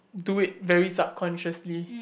do it very subconsciously